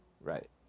Right